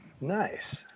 Nice